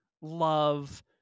love